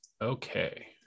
Okay